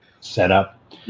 setup